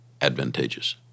advantageous